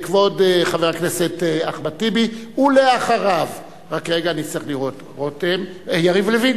כבוד חבר הכנסת אחמד טיבי, ואחריו, יריב לוין,